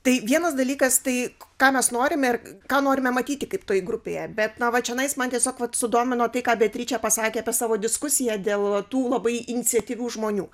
tai vienas dalykas tai ką mes norime ir ką norime matyti kaip toj grupėje bet na va čionais man tiesiog vat sudomino tai ką beatriče pasakė apie savo diskusiją dėl tų labai iniciatyvių žmonių